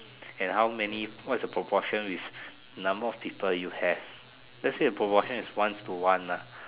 and how many what is the proportion with the number of people you have let's say the proportion is one is to one lah